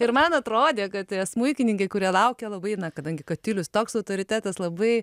ir man atrodė kad tie smuikininkai kurie laukia labai na kadangi katilius toks autoritetas labai